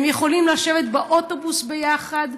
הם יכולים לשבת באוטובוס ביחד.